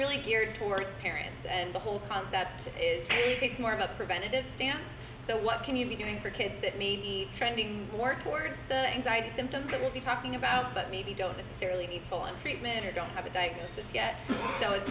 really geared towards parents and the whole concept is it takes more of a preventative stance so what can you be doing for kids that may be trending more towards the anxiety symptoms that we'll be talking about but maybe don't necessarily people in treatment or don't have a diagnosis yet so it's